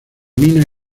mina